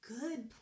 good